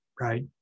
right